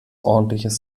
ordentliches